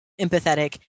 empathetic